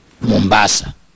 Mombasa